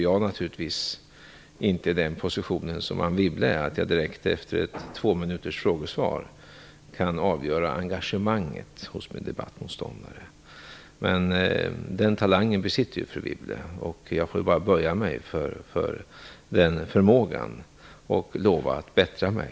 Jag är inte i den positionen som Anne Wibble är, att jag direkt efter ett tvåminuters frågesvar kan avgöra engagemanget hos min debattmotståndare. Men den talangen besitter fru Wibble. Jag får bara böja mig för den förmågan och lova att bättra mig.